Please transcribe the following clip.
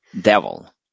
devil